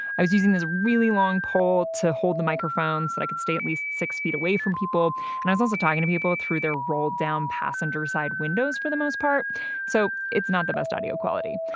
i was using this really long pole to hold the microphone so i could stay at least six feet away from people and i was talking to people through their rolled down passenger-side window for the most part so, it's not the best audio quality.